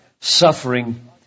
suffering